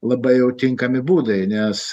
labai jau tinkami būdai nes